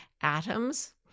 atoms